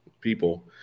people